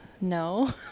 No